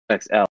XL